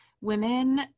women